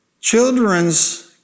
children's